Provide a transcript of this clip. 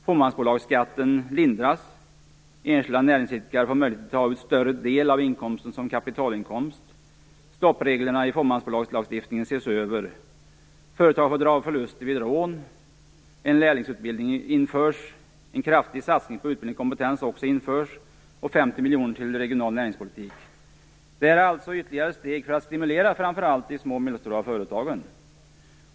Fåmansbolagsskatten lindras, enskilda näringsidkare får möjlighet att ta ut större del av inkomsten som kapitalinkomst, stoppreglerna i fåmansbolagslagstiftningen ses över, företag får dra av förlust vid rån, en lärlingsutbildning införs, en kraftig satsning på utbildning och kompetens införs, 50 miljoner avsätts till regional näringspolitik. Det är alltså ytterligare steg för att stimulera framför allt de små och medelstora företagen.